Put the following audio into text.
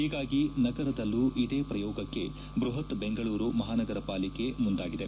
ಹೀಗಾಗಿ ನಗರದಲ್ಲೂ ಇದೇ ಪ್ರಯೋಗಕ್ಕೆ ಬೃಹತ್ ಬೆಂಗಳೂರು ಮಹಾನಗರ ಪಾಲಿಕೆ ಮುಂದಾಗಿದೆ